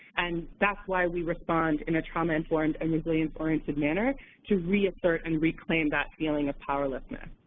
and that's why we respond in a trauma-informed and resilience-oriented manner to reassert and reclaim that feeling of powerlessness.